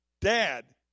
Dad